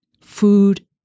food